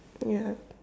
ya